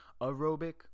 aerobic